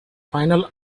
final